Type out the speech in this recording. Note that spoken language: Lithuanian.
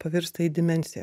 pavirsta į dimensiją